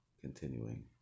continuing